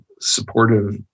supportive